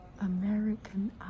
American